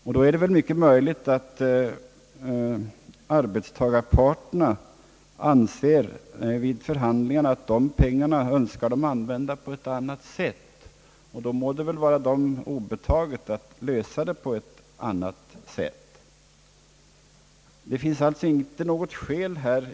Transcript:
Det är väl mycket möjligt att arbetstagarparterna vid förhandlingarna anser att dessa pengar kan användas på ett annat sätt, och det må det väl vara dem obetaget att träffa uppgörelse härom.